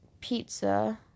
pizza